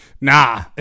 Nah